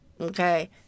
Okay